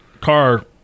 car